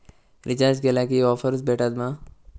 Recharge केला की offers भेटात मा?